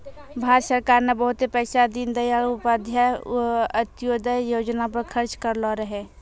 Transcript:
भारत सरकार ने बहुते पैसा दीनदयाल उपाध्याय अंत्योदय योजना पर खर्च करलो रहै